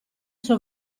suo